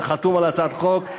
חתום על הצעת החוק,